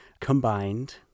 combined